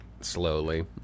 slowly